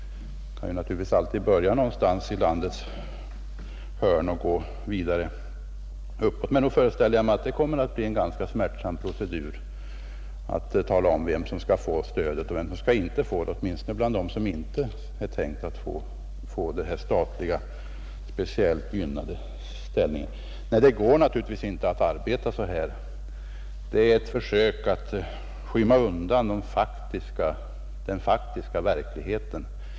De kan naturligtvis alltid börja någonstans i landets hörn och gå vidare uppåt. Men nog föreställer jag mig att det kommer att bli en ganska smärtsam procedur att tala om vilka som skall få stödet och vilka som inte skall få det, smärtsamt åtminstone för dem som inte är tänkta att få denna speciellt gynnade ställning. Nej, det går naturligtvis inte att arbeta så. Det är ett försök att skymma undan den faktiska verkligheten.